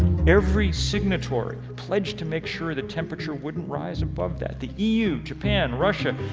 every signatory pledged to make sure the temperature wouldn't rise about that. the eu, japan, russia,